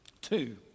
Two